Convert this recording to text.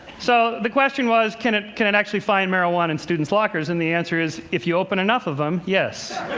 so the question was, can it can it actually find marijuana in students' lockers? and the answer is, if you open enough of them, yes.